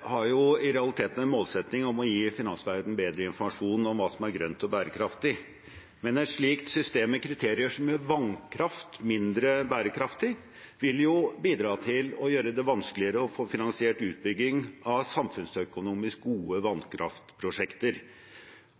har i realiteten en målsetting om å gi finansverdenen bedre informasjon om hva som er grønt og bærekraftig, men et slikt system med kriterier som gjør vannkraft mindre bærekraftig, vil jo bidra til å gjøre det vanskeligere å få finansiert utbygging av samfunnsøkonomisk gode vannkraftprosjekter.